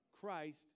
Christ